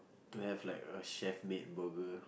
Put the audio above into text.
to have like a chef made burger